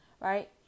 right